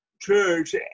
church